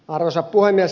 arvoisa puhemies